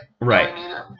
Right